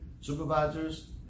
supervisors